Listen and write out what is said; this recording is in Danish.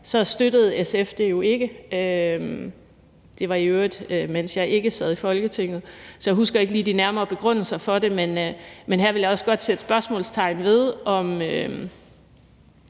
støttede SF det jo ikke. Det var i øvrigt, mens jeg ikke sad i Folketinget, så jeg husker ikke lige de nærmere begrundelser for det. Men her vil jeg også godt sætte spørgsmålstegn ved, om